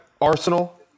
Arsenal